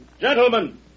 Gentlemen